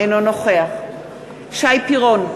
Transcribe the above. אינו נוכח שי פירון,